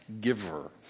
giver